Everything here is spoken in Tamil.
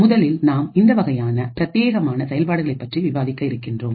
முதலில் நாம் இந்த வகையான பிரத்தியேகமான செயல்பாடுகளைப் பற்றி விவாதிக்க இருக்கின்றோம்